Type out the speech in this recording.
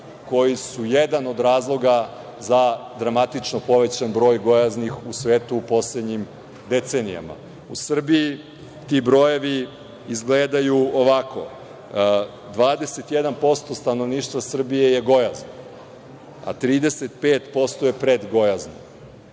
koji su jedan od razloga za dramatično povećan broj gojaznih u svetu u poslednjim decenijama.U Srbiji ti brojevi izgledaju ovako: 21% stanovništva Srbije je gojazno, a 35% je predgojazno.